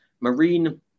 Marine